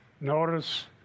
notice